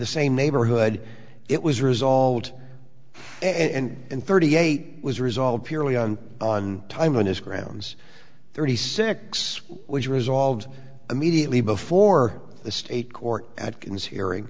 the same neighborhood it was resolved and in thirty eight was resolved purely on on time on his grounds thirty six was resolved immediately before the state court atkins hearing